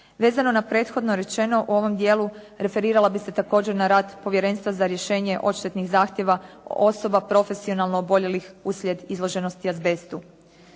Vezano na prethodno rečeno u ovom dijelu referirala bih se također na rad Povjerenstva za rješenje odštetnih zahtjeva osoba profesionalno oboljelih uslijed izloženosti azbestu.